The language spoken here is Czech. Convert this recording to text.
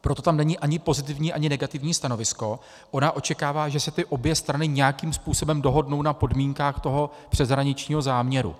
proto tam není ani pozitivní, ani negativní stanovisko , že se obě strany nějakým způsobem dohodnou na podmínkách toho přeshraničního záměru.